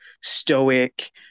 stoic